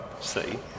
see